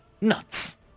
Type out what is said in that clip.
nuts